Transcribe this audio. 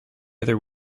other